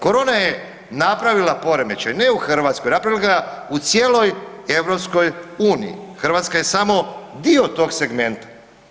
Korona je napravila poremećaj, ne u Hrvatskoj, napravila ga je u cijeloj EU, Hrvatska je samo dio tog segmenta.